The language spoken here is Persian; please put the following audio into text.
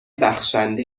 بخشنده